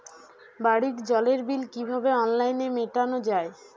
বাড়ির জলের বিল কিভাবে অনলাইনে মেটানো যায়?